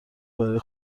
برای